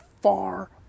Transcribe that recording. far